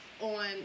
on